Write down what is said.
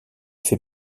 fait